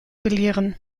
belehren